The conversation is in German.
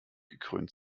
gekrönt